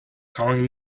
calling